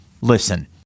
Listen